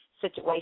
situation